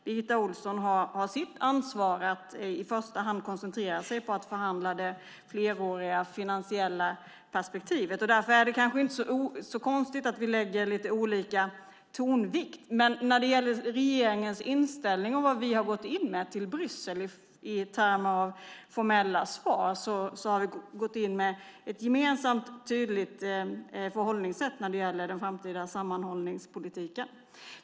Birgitta Ohlsson har som sitt ansvar att i första hand förhandla det fleråriga finansiella perspektivet. Därför är det kanske inte så konstigt att vi lägger lite olika tonvikt. När det gäller regeringens inställning och vad vi har gått in med till Bryssel i form av formella svar har vi ett gemensamt och tydligt förhållningssätt när det gäller den framtida sammanhållningspolitiken.